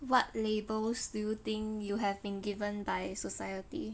what labels do you think you have been given by society